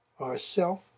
ourself